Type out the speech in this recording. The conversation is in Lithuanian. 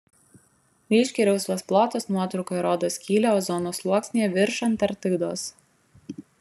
ryškiai rausvas plotas nuotraukoje rodo skylę ozono sluoksnyje virš antarktidos